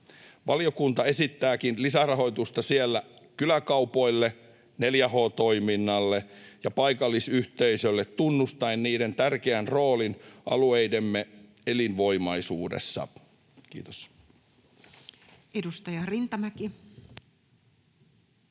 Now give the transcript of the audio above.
Valiokunta esittääkin lisärahoitusta kyläkaupoille, 4H-toiminnalle ja paikallisyhteisöille tunnustaen niiden tärkeän roolin alueidemme elinvoimaisuudessa — Kiitos. [Speech 330]